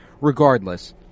Regardless